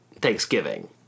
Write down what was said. Thanksgiving